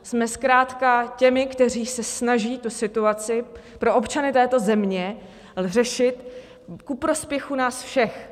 Jsme zkrátka těmi, kteří se snaží situaci pro občany této země řešit ku prospěchu nás všech.